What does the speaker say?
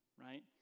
right